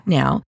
now